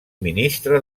ministra